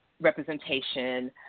representation